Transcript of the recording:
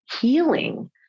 healing